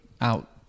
out